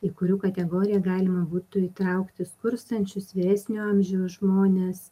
į kurių kategoriją galima būtų įtraukti skurstančius vyresnio amžiaus žmones